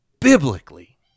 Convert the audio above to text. biblically